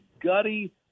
gutty